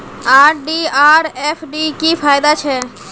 RD or FD की फ़ायदा छे?